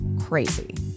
crazy